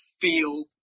feel